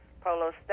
Polo